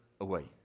away